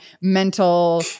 mental